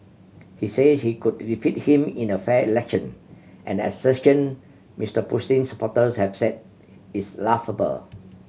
he says he could defeat him in a fair election an assertion Mister Putin's supporters have said is laughable